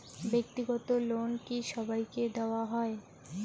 ব্যাক্তিগত লোন কি সবাইকে দেওয়া হয়?